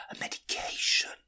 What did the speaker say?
medication